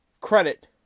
credit